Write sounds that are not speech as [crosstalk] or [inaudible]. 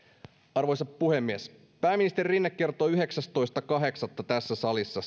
arvoisa puhemies pääministeri rinne kertoi yhdeksästoista yhdeksättä tässä salissa [unintelligible]